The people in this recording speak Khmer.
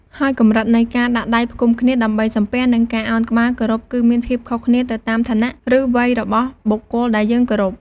ហើយកម្រិតនៃការដាក់ដៃផ្គុំគ្នាដើម្បីសំពះ និងការឱនក្បាលគោរពគឺមានភាពខុសគ្នាទៅតាមឋានៈ ឬវ័យរបស់បុគ្គលដែលយើងគោរព។